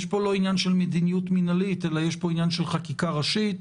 אין פה עניין של מדיניות מנהלית אלא עניין של חקיקה ראשית.